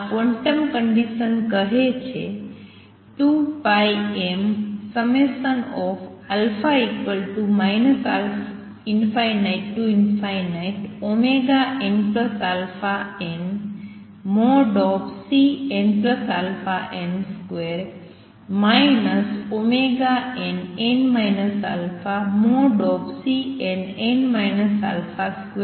અને quantum condition કહે છે 2πmα ∞nαn|Cnαn |2 nn α|Cnn α |2h